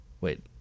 wait